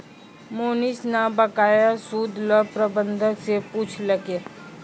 मोहनीश न बकाया सूद ल प्रबंधक स पूछलकै